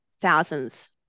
thousands